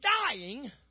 dying